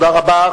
תודה רבה.